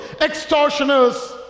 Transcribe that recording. extortioners